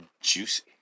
juicy